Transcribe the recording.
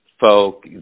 folk